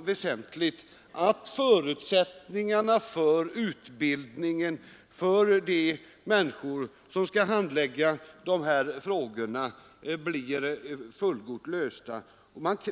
väsentligt och angeläget att de människor som skall utföra dessa uppgifter får en fullgod utbildning.